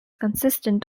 consistent